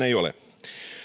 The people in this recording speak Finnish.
ei ole